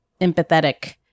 empathetic